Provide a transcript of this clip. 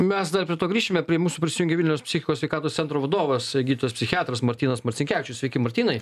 mes dar prie to grįšime prie mūsų prisijungė vilniaus psichikos sveikatos centro vadovas gydytojas psichiatras martynas marcinkevičius sveiki martynai